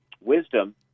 wisdom